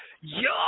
Yo